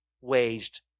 waged